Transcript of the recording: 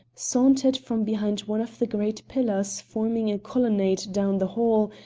sauntered from behind one of the great pillars forming a colonnade down the hall,